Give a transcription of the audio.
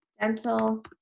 Dental